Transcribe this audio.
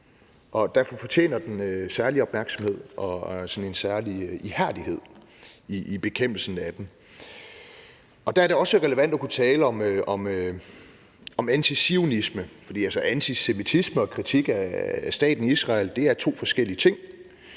derfor fortjener den en særlig opmærksomhed og sådan en særlig ihærdighed i bekæmpelsen af den. Der er det også relevant at kunne tale om antizionisme, for antisemitisme og kritik af staten Israel er to forskellige ting